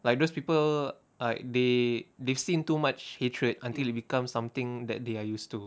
like those people like they they've seen too much hatred until it becomes something that they're used to